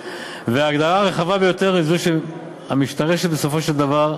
וההגדרה הרחבה ביותר היא זו המשתרשת בסופו של דבר,